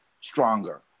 stronger